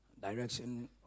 Direction